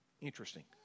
Interesting